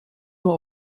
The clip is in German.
nur